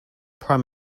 prime